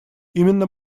именно